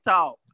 Talk